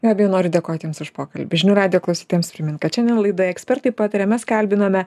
gabija noriu dėkot jums už pokalbį žinių radijo klausytojams primint kad šiandien laidoje ekspertai pataria mes kalbinome